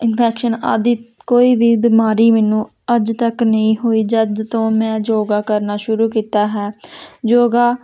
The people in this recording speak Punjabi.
ਇਨਫੈਕਸ਼ਨ ਆਦਿ ਕੋਈ ਵੀ ਬਿਮਾਰੀ ਮੈਨੂੰ ਅੱਜ ਤੱਕ ਨਹੀਂ ਹੋਈ ਜਦ ਤੋਂ ਮੈਂ ਯੋਗਾ ਕਰਨਾ ਸ਼ੁਰੂ ਕੀਤਾ ਹੈ ਯੋਗਾ